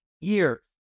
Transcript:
years